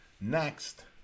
Next